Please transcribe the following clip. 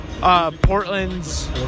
Portland's